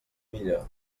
millor